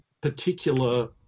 particular